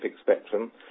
Spectrum